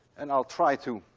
and i'll try to